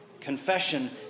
Confession